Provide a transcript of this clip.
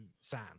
sam